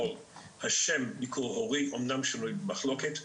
השם ניכור הורי אומנם שנוי במחלוקת,